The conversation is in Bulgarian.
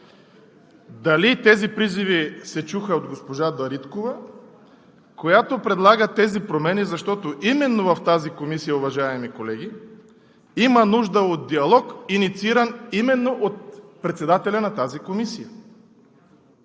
Дали тези призиви се чуха от госпожа Дариткова, която предлага промените? Защото именно в тази комисия, уважаеми колеги, има нужда от диалог, иницииран именно от председателя на Комисията.